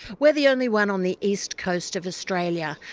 we're the only one on the east coast of australia.